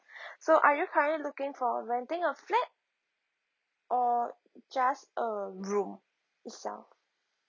so are you currently looking for renting a flat or just a room itself